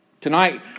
Tonight